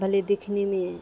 بھلے دیکھنے میں